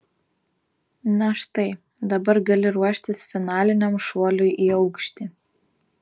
na štai dabar gali ruoštis finaliniam šuoliui į aukštį